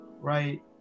right